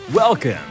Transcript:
Welcome